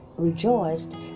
rejoiced